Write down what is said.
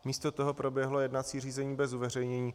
Místo toho proběhlo jednací řízení bez uveřejnění.